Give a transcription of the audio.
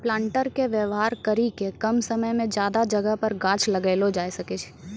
planter के वेवहार करी के कम समय मे ज्यादा जगह पर गाछ लगैलो जाय सकै छै